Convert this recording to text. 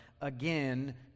Again